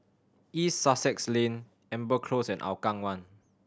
East Sussex Lane Amber Close and Hougang One